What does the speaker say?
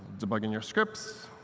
debugging your scripts,